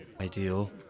ideal